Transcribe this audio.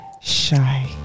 shy